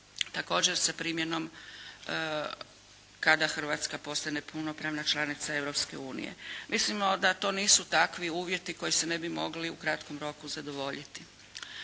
također sa primjenom kada Hrvatska postane punopravna članica Europske unije. Mislimo da to nisu takvi uvjeti koji se ne bi mogli u kratkom roku zadovoljiti.